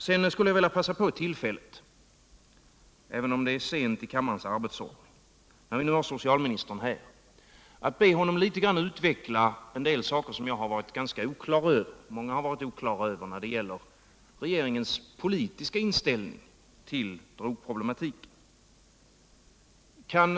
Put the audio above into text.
Sedan skulle jag vilja begagna tillfället, även om det är sent, när vi nu har socialministern här och be honom litet grand utveckla en del saker, som jag och många andra varit oklara över när det gäller regeringens politiska inställning till drogproblematiken.